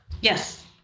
Yes